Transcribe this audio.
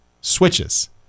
switches